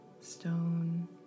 stone